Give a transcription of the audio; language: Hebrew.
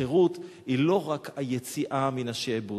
חירות היא לא רק היציאה מן השעבוד,